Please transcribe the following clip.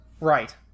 Right